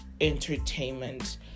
entertainment